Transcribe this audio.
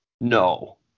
No